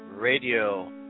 Radio